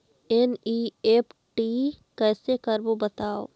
NEFT कैसे करबो बताव?